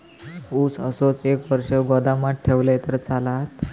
ऊस असोच एक वर्ष गोदामात ठेवलंय तर चालात?